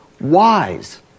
wise